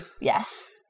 yes